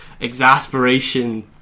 exasperation